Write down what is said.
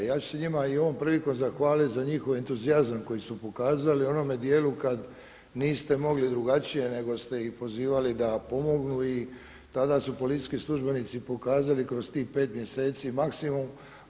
Ja ću se njima i ovom prilikom zahvaliti za njihov entuzijazam koji su pokazali u onome dijelu kad niste mogli drugačije nego ste ih pozivali da pomognu i tada su policijski službenici pokazali kroz tih 5 mjeseci maksimum.